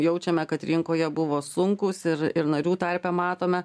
jaučiame kad rinkoje buvo sunkūs ir ir narių tarpe matome